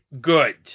good